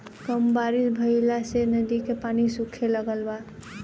कम बारिश भईला से नदी के पानी सूखे लागल बा